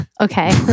okay